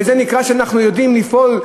וזה נקרא שאנחנו יודעים לפעול?